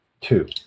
Two